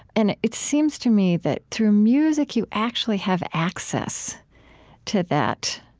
and it seems to me that through music, you actually have access to that,